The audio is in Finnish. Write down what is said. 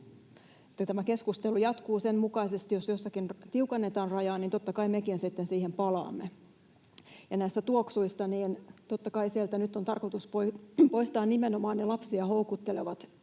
tämä keskustelu jatkuu sen mukaisesti, ja jos jossakin tiukennetaan rajaa, niin totta kai mekin sitten siihen palaamme. Näistä tuoksuista: totta kai sieltä nyt on tarkoitus poistaa nimenomaan ne lapsia houkuttelevat